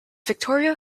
victoria